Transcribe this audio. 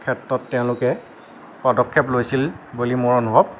ক্ষেত্ৰত তেওঁলোকে পদক্ষেপ লৈছিল বুলি মই অনুভৱ